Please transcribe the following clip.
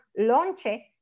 lonche